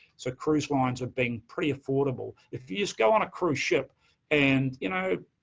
so cruise lines have been pretty affordable. if you just go on a cruise ship and, you know,